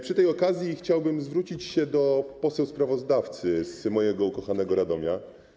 Przy tej okazji chciałbym zwrócić się do poseł sprawozdawcy z mojego ukochanego Radomia.